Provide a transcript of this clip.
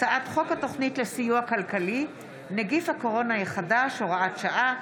הצעת חוק התוכנית לסיוע כלכלי (נגיף הקורונה החדש) (הוראת שעה)